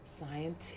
scientific